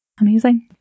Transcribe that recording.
amazing